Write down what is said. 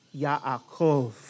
yaakov